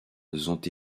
ont